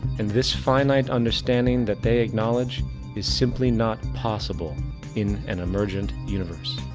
and this finite understanding that they acknowledge is simply not possible in an emergent universe.